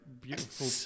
beautiful